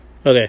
Okay